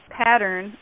pattern